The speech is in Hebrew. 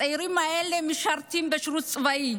הצעירים האלה משרתים בשירות צבאי.